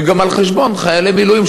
הם גם על חשבון חיילי מילואים,